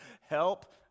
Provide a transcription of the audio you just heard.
Help